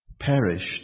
perished